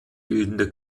bildender